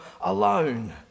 alone